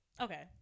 Okay